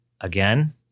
Again